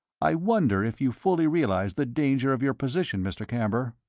i wonder if you fully realize the danger of your position, mr. camber?